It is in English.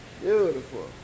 Beautiful